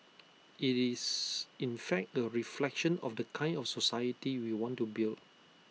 IT is in fact A reflection of the kind of society we want to build